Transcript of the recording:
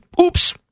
oops